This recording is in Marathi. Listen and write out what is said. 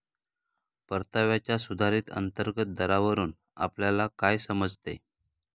परताव्याच्या सुधारित अंतर्गत दरावरून आपल्याला काय समजते?